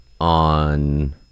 on